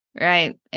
right